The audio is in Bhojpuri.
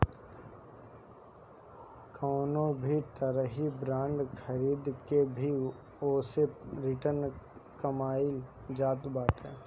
कवनो भी तरही बांड खरीद के भी ओसे रिटर्न कमाईल जात बाटे